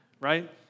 right